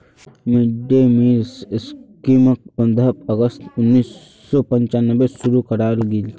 mid day meal स्कीमक पंद्रह अगस्त उन्नीस सौ पंचानबेत शुरू करयाल की